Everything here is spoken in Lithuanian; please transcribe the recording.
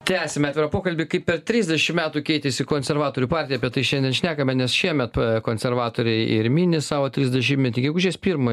tęsiame atvirą pokalbį kaip per trisdešim metų keitėsi konservatorių partija apie tai šiandien šnekame nes šiemet konservatoriai ir mini savo trisdešimtmetį gegužės pirmą